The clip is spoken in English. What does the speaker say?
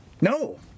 No